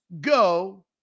go